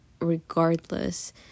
regardless